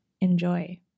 Enjoy